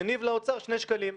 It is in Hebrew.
מניב לאוצר שני שקלים.